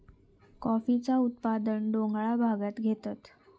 कॉफीचा उत्पादन डोंगराळ भागांत घेतत